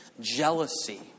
Jealousy